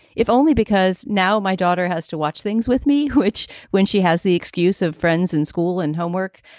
if only because now my daughter has to watch things with me, which when she has the excuse of friends and school and homework,